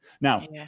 Now